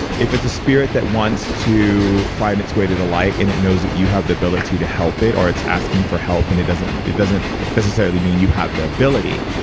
if it's a spirit that wants to find its way to the light and it knows that you have the ability to help it or it's asking for help, and it doesn't it doesn't necessarily mean you have the ability.